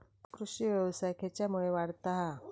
कृषीव्यवसाय खेच्यामुळे वाढता हा?